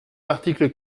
l’article